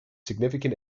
significant